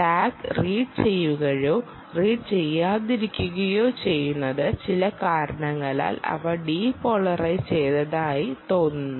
അതിനാൽ tag read ചെയ്യുകയോ read ചെയ്യാതിരിക്കുകയോ ചെയ്യുന്നത് ചില കാരണങ്ങളാൽ അവ ഡിപോളറൈസ് ചെയ്തതായി തോന്നുന്നു